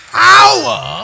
power